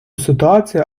ситуація